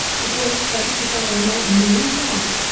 the boys study with all their might and main. why?